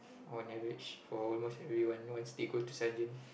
on average for almost everyone no escape go to sergeant